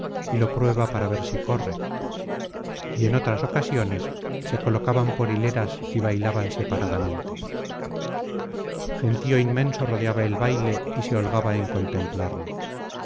y lo prueba para ver si corre y en otras ocasiones se colocaban por hileras y bailaban separadamente gentío inmenso rodeaba el baile y se holgaba en contemplarlo